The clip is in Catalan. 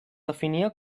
definia